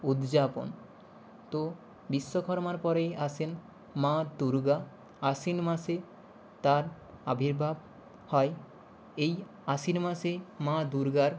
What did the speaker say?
উদ্যাপন তো বিশ্বকর্মার পরেই আসেন মা দুর্গা আশ্বিন মাসে তার আবির্ভাব হয় এই আশ্বিন মাসেই মা দুর্গার